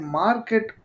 market